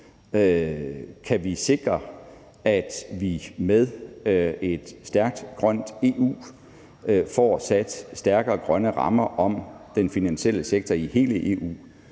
Kan vi sikre, at vi med et stærkt grønt EU får sat stærkere grønne rammer om den finansielle sektor i hele EU,